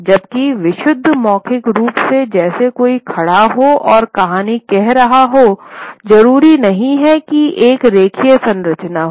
जबकि विशुद्ध मौखिक रूप जैसे कोई खड़ा हो और कहानी कह रहा हो जरूरी नहीं कि एक रेखीय संरचना हो